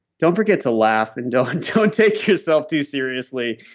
don't forget to laugh. and don't don't take yourself too seriously.